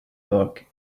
book